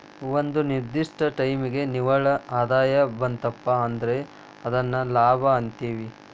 ಒಂದ ನಿರ್ದಿಷ್ಟ ಟೈಮಿಗಿ ನಿವ್ವಳ ಆದಾಯ ಬಂತಪಾ ಅಂದ್ರ ಅದನ್ನ ಲಾಭ ಅಂತೇವಿ